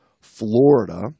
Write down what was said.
Florida